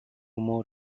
more